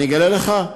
אני אגלה לך,